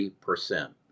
percent